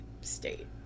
state